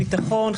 ביטחון,